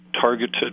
targeted